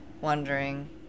wondering